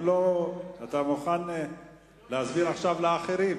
אתה מוכן להסביר עכשיו לאחרים?